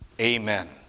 Amen